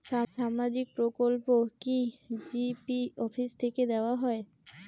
সামাজিক প্রকল্প কি জি.পি অফিস থেকে দেওয়া হয়?